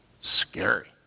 scary